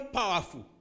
powerful